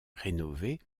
rénovés